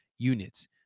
units